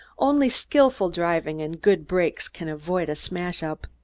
only skilful driving and good brakes can avoid a smash-up.